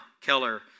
Keller